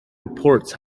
reports